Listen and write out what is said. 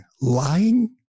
lying